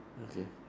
okay